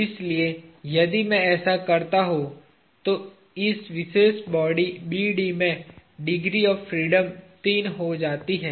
इसलिए यदि मैं ऐसा करता हूं तो इस विशेष बॉडी BD में डिग्री ऑफ़ फ्रीडम तीन हो जाती है